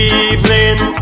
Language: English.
evening